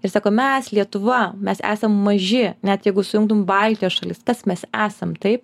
ir sako mes lietuva mes esam maži net jeigu sujungtum baltijos šalis kas mes esam taip